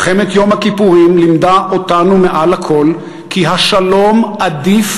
מלחמת יום הכיפורים לימדה אותנו מעל לכול כי השלום עדיף